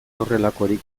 horrelakorik